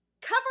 Cover